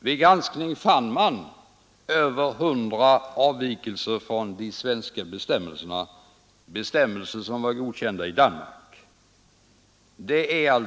Vid granskning konstaterade man över 100 avvikelser från de svenska bestämmelserna — alltså sådant som var godkänt i Danmark men inte i Sverige.